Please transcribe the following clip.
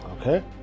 Okay